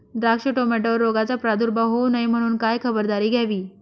द्राक्ष, टोमॅटोवर रोगाचा प्रादुर्भाव होऊ नये म्हणून काय खबरदारी घ्यावी?